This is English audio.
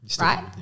right